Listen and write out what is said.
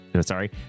Sorry